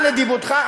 על נדיבותך.